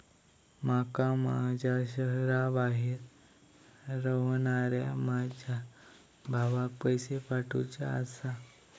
माका माझ्या शहराबाहेर रव्हनाऱ्या माझ्या भावाक पैसे पाठवुचे आसा